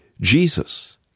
Jesus